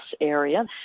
area